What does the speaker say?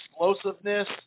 explosiveness